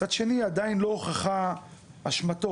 מצד שני עדיין לא הוכחה אשמתו.